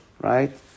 right